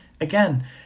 Again